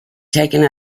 taken